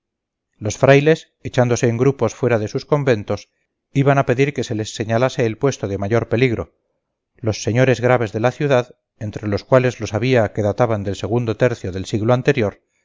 los frailes echándose en grupos fuera de sus conventos iban a pedir que se les señalase el puesto de mayor peligro los señores graves de la ciudad entre los cuales los había que databan del segundo tercio del siglo anterior